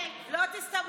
תגיד, מה שבר אותך בתאגיד?